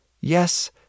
Yes